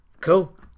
cool